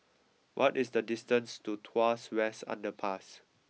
what is the distance to Tuas West Underpass